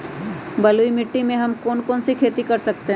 बलुई मिट्टी में हम कौन कौन सी खेती कर सकते हैँ?